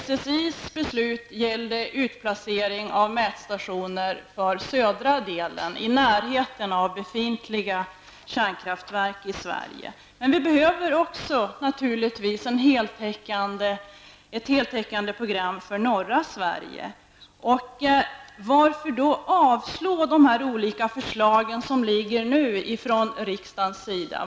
SSIs beslut gäller utplacering av mätstationer i södra delen av landet, i närheten av befintliga kärnkraftverk. Men vi behöver också ett heltäckande program för norra Sverige. Varför då avslå de olika förslag som föreligger från riksdagens sida?